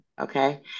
Okay